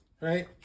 Right